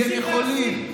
כי הם יכולים.